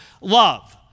love